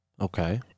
Okay